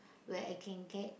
where I can get